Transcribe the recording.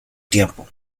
tiempo